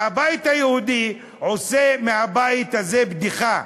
הבית היהודי עושה מהבית הזה בדיחה.